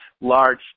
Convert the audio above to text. large